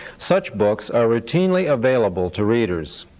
such books are routinely available to readers.